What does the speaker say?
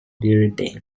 building